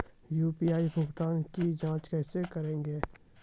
UPI भुगतान की जाँच कैसे करेंगे?